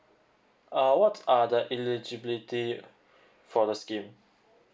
uh what are the elligibility for the scheme